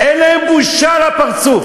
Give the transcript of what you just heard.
אין להם בושה על הפרצוף.